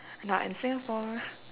not in singapore